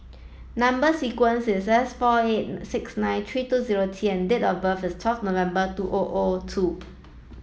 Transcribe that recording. number sequence is S four eight six nine three two zero T and date of birth is twelve November two O O two